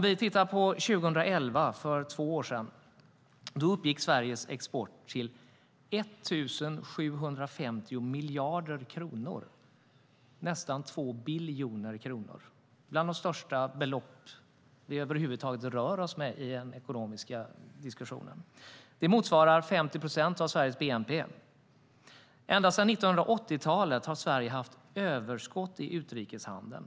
År 2011, för två år sedan, uppgick Sveriges export till 1 750 miljarder kronor, alltså nästan 2 biljoner kronor. Det är bland de största belopp vi över huvud taget rör oss med i den ekonomiska diskussionen. Det motsvarar 50 procent av Sveriges bnp. Ända sedan 1980-talet har Sverige haft överskott i utrikeshandeln.